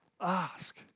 ask